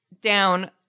down